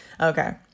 Okay